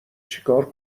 چیکار